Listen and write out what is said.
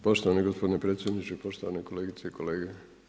Poštovani gospodine predsjedniče, poštovane kolegice i kolege.